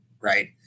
right